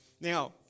Now